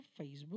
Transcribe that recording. Facebook